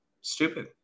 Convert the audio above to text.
stupid